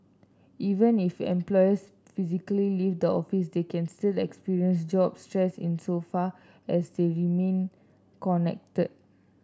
even if employees physically leave the office they can still experience job stress insofar as they remain connected